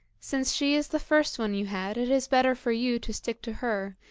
since she is the first one you had it is better for you to stick to her,